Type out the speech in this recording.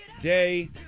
day